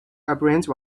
appearance